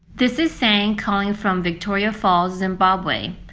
this is sang calling from victoria falls, zimbabwe.